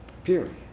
Period